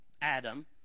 Adam